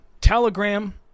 Telegram